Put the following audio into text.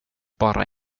bara